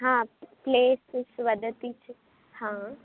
हा प्लेसस् वदति चेत् हा